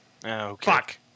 fuck